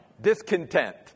discontent